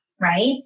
right